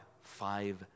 Five